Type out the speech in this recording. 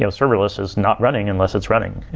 ah serverless is not running unless it's running.